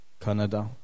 Canada